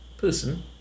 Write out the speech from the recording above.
Person